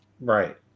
Right